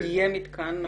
יהיה מתקן התפלה פעיל.